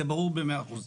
זה ברור במאה אחוז.